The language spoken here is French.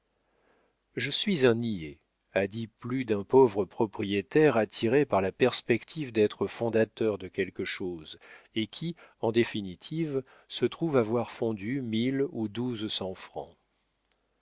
je suis un niais a dit plus d'un pauvre propriétaire attiré par la perspective d'être fondateur de quelque chose et qui en définitive se trouve avoir fondu mille ou douze cents francs